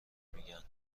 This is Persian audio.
میگن